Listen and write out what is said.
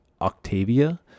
Octavia